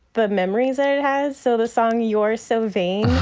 the memories and it has. so the song you're so vain,